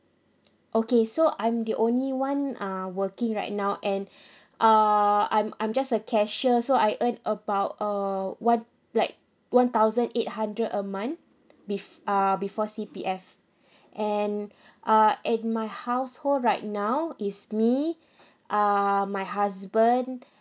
okay so I'm the only one uh working right now and err I'm I'm just a cashier so I earned about uh one like one thousand eight hundred a month bef~ uh before C_P_F and uh and my household right now is me uh my husband